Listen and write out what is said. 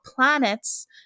planets